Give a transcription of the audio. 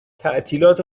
تعطیلات